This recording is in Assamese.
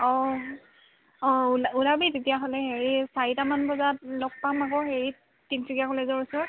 অ অ ওলা ওলাবি তেতিয়াহ'লে এই চাৰিটামান বজাত লগ পাম আকৌ হেৰিত তিনিচুকীয়া কলেজৰ ওচৰত